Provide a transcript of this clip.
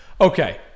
Okay